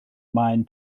maen